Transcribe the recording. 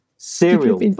serial